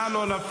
נא לא להפריע.